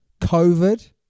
COVID